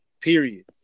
period